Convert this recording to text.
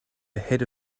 ahead